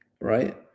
right